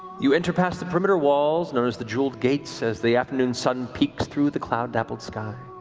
you enter past the perimeter walls known as the jeweled gates, as the afternoon sun peeks through the cloud dappled sky.